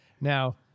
Now